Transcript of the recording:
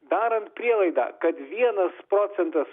darant prielaidą kad vienas procentas